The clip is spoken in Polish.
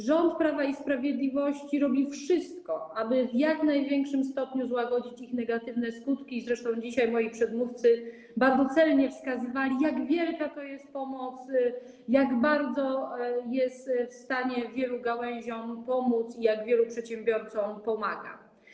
Rząd Prawa i Sprawiedliwości robi wszystko, aby w jak największym stopniu złagodzić jej negatywne skutki, zresztą dzisiaj moi przedmówcy bardzo celnie wskazywali, jak wielka to jest pomoc, jak bardzo jest w stanie wesprzeć wiele gałęzi i jak wielu przedsiębiorcom się tu pomaga.